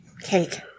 Cake